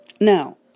Now